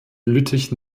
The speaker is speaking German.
lüttich